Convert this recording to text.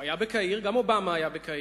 הוא היה בקהיר, גם אובמה היה בקהיר,